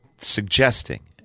suggesting